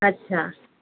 ଆଚ୍ଛା